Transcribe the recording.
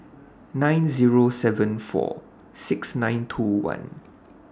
nine Zero seven four six nine two one